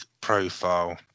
profile